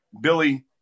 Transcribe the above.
Billy